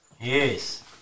Yes